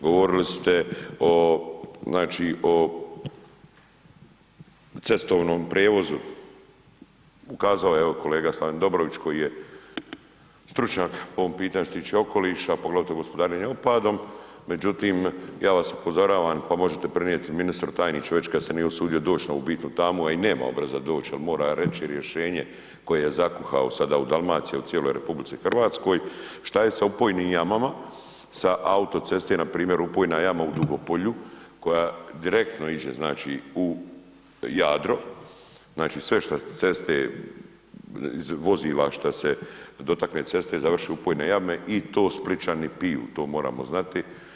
Govorili ste, znači o cestovnom prijevozu ukazao je evo kolega Slaven Dobrović koji je stručnjak po ovom pitanju što se tiče okoliša, poglavito gospodarenja otpadom, međutim ja vas upozoravam pa možete prenijeti ministru tajniče već kad se nije usudio doći na ovu bitnu temu, a i nema obraza doći jer mora reći rješenje koje je zakuhao sada u Dalmaciji, a i u cijeloj RH šta je sa upojnim jamama sa autoceste npr. upojna jama u Dugopolju koja direktno iđe znači u Jadro, znači sve šta s ceste, iz vozila šta se dotakne ceste završi u upojne jame i to Splićani piju, to moramo znati.